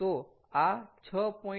તો આ 6